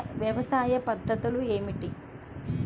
వ్యవసాయ పద్ధతులు ఏమిటి?